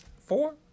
Four